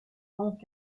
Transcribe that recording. donc